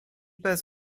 bez